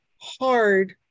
hard